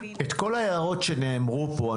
את כל ההערות שנאמרו פה,